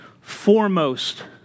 foremost